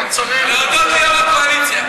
לא צריך, להודות ליו"ר הקואליציה.